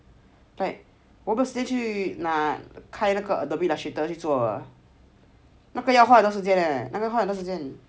like 我没有时间拿开 Adobe Illustrator 去做那个花很多时间那个花很多时间